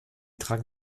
tragen